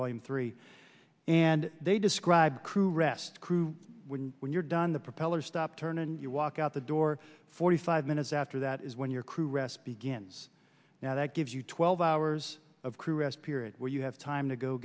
volume three and they describe crew rest crew when you're done the propellers stop turn and you walk out the door forty five minutes after that is when your crew rest begins now that gives you twelve hours of crew rest period where you have time